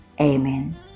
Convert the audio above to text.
Amen